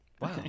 Wow